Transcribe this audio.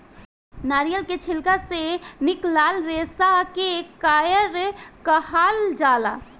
नारियल के छिलका से निकलाल रेसा के कायर कहाल जाला